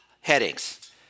headings